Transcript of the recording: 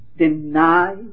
deny